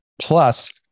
Plus